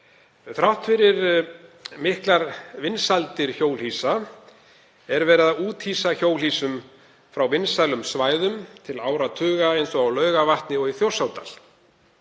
Þrátt fyrir miklar vinsældir hjólhýsa er verið að úthýsa hjólhýsum á vinsælum svæðum til áratuga eins og á Laugarvatni og í Þjórsárdal.